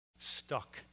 stuck